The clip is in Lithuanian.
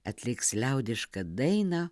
atliks liaudišką dainą